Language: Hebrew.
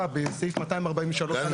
בסעיף 243(א).